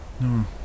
No